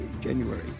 January